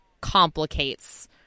complicates